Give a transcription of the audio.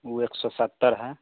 वह एक सौ सत्तर है